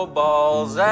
balls